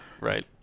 Right